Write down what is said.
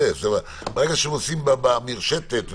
ברגע שזה במרשתת,